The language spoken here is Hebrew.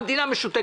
המדינה משותקת.